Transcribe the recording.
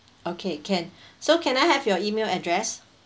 okay can so can I have your email address